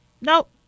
Nope